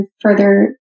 further